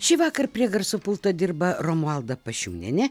šįvakar prie garso pulto dirba romualda pašiūnienė